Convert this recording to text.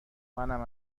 منم